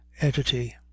entity